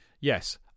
yes